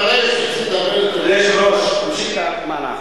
אדוני היושב-ראש, נמשיך את המהלך.